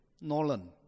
Nolan